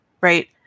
right